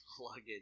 luggage